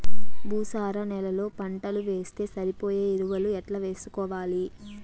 భూసార నేలలో పంటలు వేస్తే సరిపోయే ఎరువులు ఎట్లా వేసుకోవాలి?